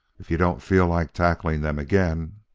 if you don't feel like tackling them again